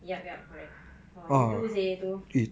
yup yup correct ah rindu seh tu